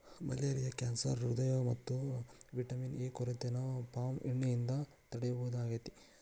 malaria cancer ಹ್ರೃದ್ರೋಗ ಮತ್ತ vitamin A ಕೊರತೆನ ಪಾಮ್ ಎಣ್ಣೆಯಿಂದ ತಡೇಬಹುದಾಗೇತಿ